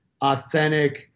authentic